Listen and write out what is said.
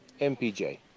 MPJ